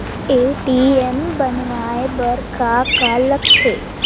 ATM बनवाय बर का का लगथे?